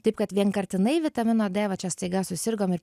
taip kad vienkartinai vitaminą d va čia staiga susirgom ir